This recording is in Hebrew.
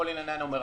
כולל כלל הנומרטור,